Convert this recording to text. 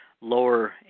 lower